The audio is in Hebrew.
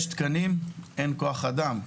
יש תקנים, אבל אין כוח אדם.